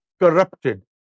corrupted